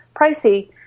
pricey